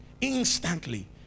instantly